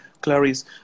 Clarice